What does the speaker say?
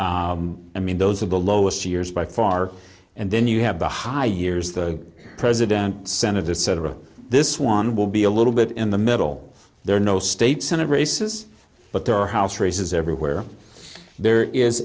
senate i mean those are the lowest years by far and then you have the high years the president senator cetera this one will be a little bit in the middle there are no state senate races but there are house races everywhere there is